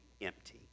empty